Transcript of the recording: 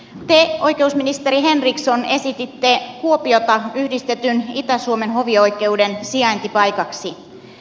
te oikeusministeri henriksson esititte kuopiota yhdistetyn itä suomen hovioikeuden sijaintipaikaksi